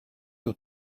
your